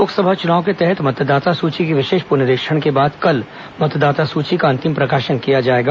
लोकसभा चुनाव के तहत मतदाता सूची के विशेष पुनरीक्षण के बाद कल मतदाता सूची का अंतिम प्रकाशन किया जाएगा